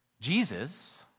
Jesus